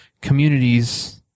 communities